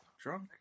drunk